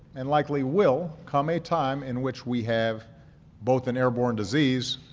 and likely will, come a time in which we have both an airborne disease.